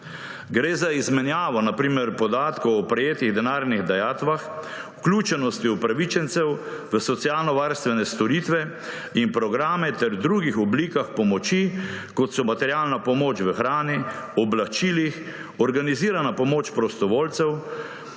Gre za izmenjavo na primer podatkov o prejetih denarnih dajatvah, vključenosti upravičencev v socialnovarstvene storitve in programe ter drugih oblikah pomoči, kot so materialna pomoč v hrani, oblačilih, organizirana pomoč prostovoljcev,